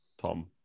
Tom